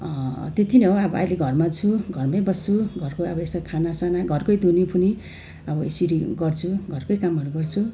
त्यति नै हो अब अहिले घरमा छु घरमै बस्छु घरको अब यसो खानासाना घरकै दिनुफिनु अब यसरी गर्छु घरकै कामहरू गर्छु